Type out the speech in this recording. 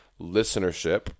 listenership